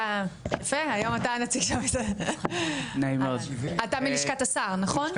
היום אתה הנציג של המשרד, אתה מלשכת השר, נכון?